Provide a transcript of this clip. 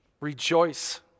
Rejoice